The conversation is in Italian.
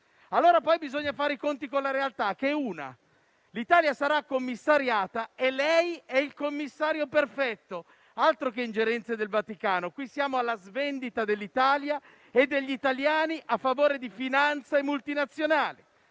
Allora poi bisogna fare i conti con la realtà, che è una: l'Italia sarà commissariata e lei è il commissario perfetto. Altro che ingerenze del Vaticano, qui siamo alla svendita dell'Italia e degli italiani a favore di finanza e multinazionali.